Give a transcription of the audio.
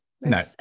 No